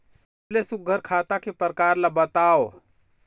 सबले सुघ्घर खाता के प्रकार ला बताव?